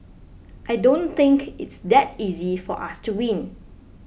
I don't think it's that easy for us to win